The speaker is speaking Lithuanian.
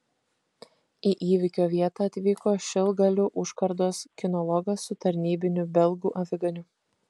į įvykio vietą atvyko šilgalių užkardos kinologas su tarnybiniu belgų aviganiu